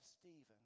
Stephen